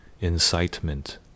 incitement